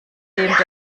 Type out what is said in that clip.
der